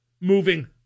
moving